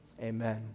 Amen